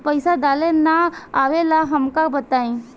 पईसा डाले ना आवेला हमका बताई?